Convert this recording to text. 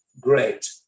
great